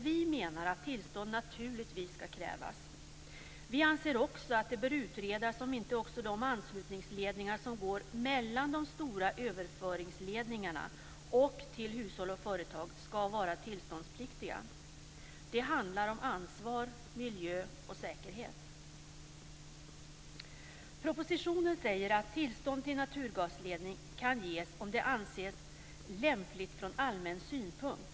Vi menar att tillstånd naturligtvis ska krävas. Vi anser också att det bör utredas om inte även de anslutningsledningar som går mellan de stora överföringsledningarna och till hushåll och företag ska vara tillståndspliktiga. Det handlar om ansvar, miljö och säkerhet. Propositionen säger att tillstånd till naturgasledning kan ges om det anses lämpligt från allmän synpunkt.